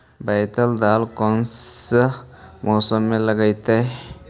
बैतल दाल कौन से मौसम में लगतैई?